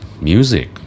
music